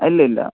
ഇല്ലില്ല